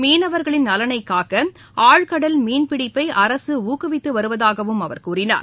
மீனவர்களின் நலனைக் காக்க ஆழ்கடல் மீன்பிடிப்பை அரசு ஊக்குவித்து வருவதாகவும் அவர் கூறினார்